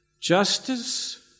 Justice